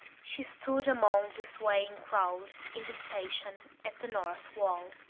she stood among the swaying crowd in the station at the north wall.